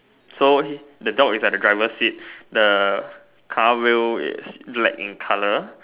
so the dog is at the driver seat the car wheel is look like in color